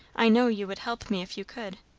i know you would help me if you could.